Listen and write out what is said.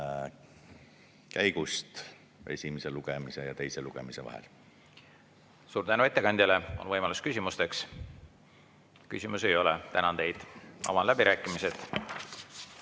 käigust esimese ja teise lugemise vahel. Suur tänu ettekandjale! On võimalus küsimusteks. Küsimusi ei ole. Tänan teid! Avan läbirääkimised.